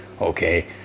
Okay